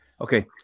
Okay